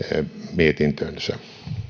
mietintönsä